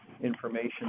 information